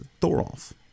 Thorolf